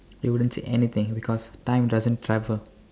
you wouldn't see anything because time doesn't travel